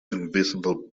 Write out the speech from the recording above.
invisible